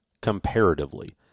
comparatively